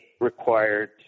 required